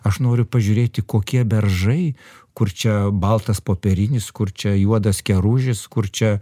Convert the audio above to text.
aš noriu pažiūrėti kokie beržai kur čia baltas popierinis kur čia juodas keružis kur čia